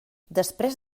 després